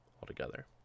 altogether